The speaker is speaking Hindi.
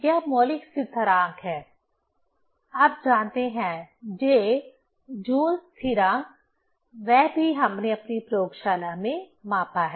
यह मौलिक स्थिरांक है आप जानते हैं J जूल स्थिरांक Joule's constant वह भी हमने अपनी प्रयोगशाला में मापा है